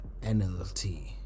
nlt